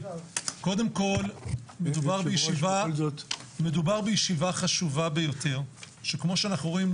קודם כל מדובר בישיבה חשובה ביותר שכמו שאנחנו רואים,